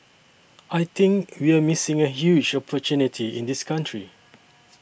I think we're missing a huge opportunity in this country